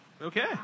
Okay